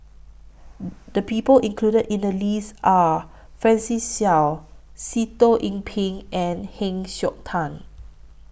The People included in The list Are Francis Seow Sitoh Yih Pin and Heng Siok Tian